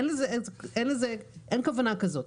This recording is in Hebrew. אין כוונה כזאת.